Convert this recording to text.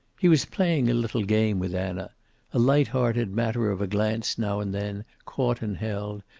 he was playing a little game with anna a light-hearted matter of a glance now and then caught and held,